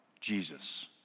Jesus